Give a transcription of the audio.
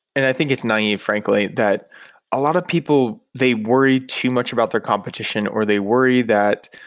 and i think it's naive, frankly, that a lot of people, they worry too much about their competition or they worry that,